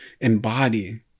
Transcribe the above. embody